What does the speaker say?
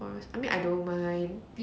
I was I mean I don't mind